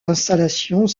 installations